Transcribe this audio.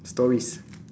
stories